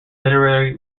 literary